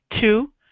Two